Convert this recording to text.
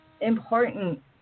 important